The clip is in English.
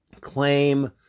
claim